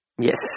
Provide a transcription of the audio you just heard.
Yes